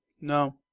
No